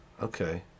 Okay